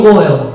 oil